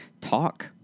talk